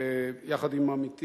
יחד עם עמיתי